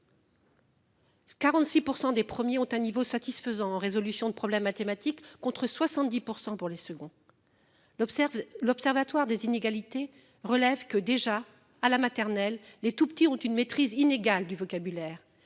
46% des premiers ont un niveau satisfaisant résolution de problèmes mathématiques, contre 70% pour les seconds. L'observe l'Observatoire des inégalités, relève que déjà à la maternelle les tout petits ont tu ne maîtrise inégale du vocabulaire